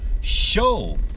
show